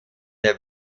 der